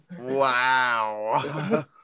Wow